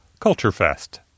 CULTUREFEST